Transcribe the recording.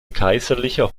kaiserlicher